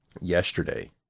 yesterday